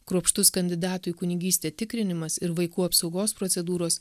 kruopštus kandidatų į kunigystę tikrinimas ir vaikų apsaugos procedūros